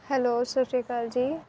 hello ਸਤਿ ਸ਼੍ਰੀ ਅਕਾਲ ਜੀ